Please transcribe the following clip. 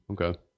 Okay